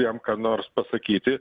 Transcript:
jam ką nors pasakyti